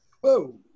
Whoa